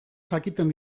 jakiten